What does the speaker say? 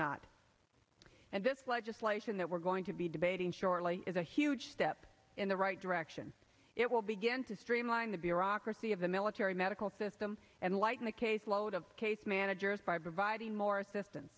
not and this legislation that we're going to be debating shortly is a huge step in the right direction it will begin to streamline the bureaucracy of the military medical system and lighten the case load of case managers by providing more assistance